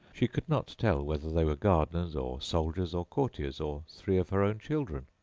she could not tell whether they were gardeners, or soldiers, or courtiers, or three of her own children.